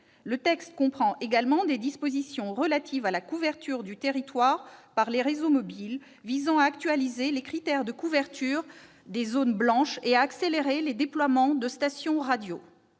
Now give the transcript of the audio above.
Le texte comprend également des dispositions relatives à la couverture du territoire par les réseaux mobiles, visant à actualiser les critères de couverture des zones blanches et à accélérer les déploiements de stations de radio.